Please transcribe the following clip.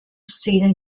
szenen